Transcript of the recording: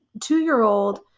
two-year-old